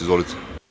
Izvolite.